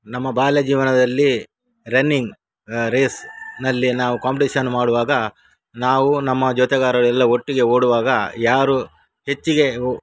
ನಮ್ಮ ಬಾಲ್ಯ ಜೀವನದಲ್ಲಿ ರನ್ನಿಂಗ್ ರೇಸ್ ಅಲ್ಲಿ ನಾವು ಕಾಂಪ್ಟೇಷನ್ ಮಾಡುವಾಗ ನಾವು ನಮ್ಮ ಜೊತೆಗಾರರೆಲ್ಲ ಒಟ್ಟಿಗೆ ಓಡುವಾಗ ಯಾರು ಹೆಚ್ಚಿಗೆ ಓಟ